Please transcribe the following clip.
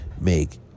make